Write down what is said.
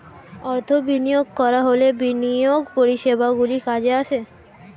অর্থ বিনিয়োগ করা হলে বিনিয়োগ পরিষেবাগুলি কাজে আসে